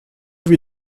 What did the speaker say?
wie